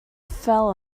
fell